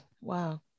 wow